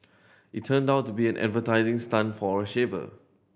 it turned out to be an advertising stunt for a shaver